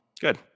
Good